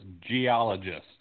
geologist